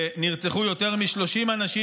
נרצחו יותר מ-30 אנשים.